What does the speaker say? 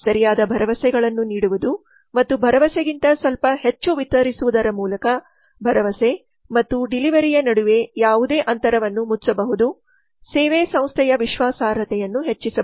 ಸರಿಯಾದ ಭರವಸೆಗಳನ್ನು ನೀಡುವುದು ಮತ್ತು ಭರವಸೆಗಿಂತ ಸ್ವಲ್ಪ ಹೆಚ್ಚು ವಿತರಿಸುವದರ ಮೂಲಕ ಭರವಸೆ ಮತ್ತು ಡೆಲಿವರಿಯ ನಡುವಿನ ಯಾವುದೇ ಅಂತರವನ್ನು ಮುಚ್ಚಬಹುದು ಸೇವೆ ಸಂಸ್ಥೆಯ ವಿಶ್ವಾಸಾರ್ಹತೆಯನ್ನು ಹೆಚ್ಚಿಸಬಹುದು